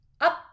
up